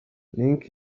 link